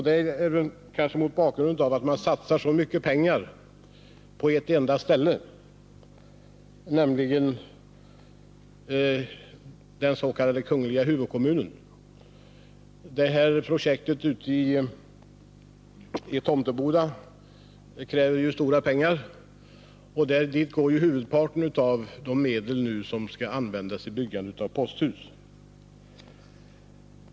Det är kanske mot bakgrund av att så mycket pengar satsas på ett enda ställe, nämligen i den s.k. kungl. huvudkommunen. Tomtebodaprojektet kräver ju stora pengar. Dit går huvudparten av de medel som skall användas för byggande av posthus.